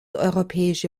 europäische